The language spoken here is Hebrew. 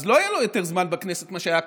אז לא יהיה לו יותר זמן בכנסת ממה שהיה קודם,